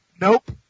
Nope